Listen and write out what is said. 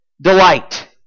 delight